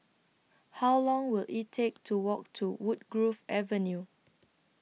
How Long Will IT Take to Walk to Woodgrove Avenue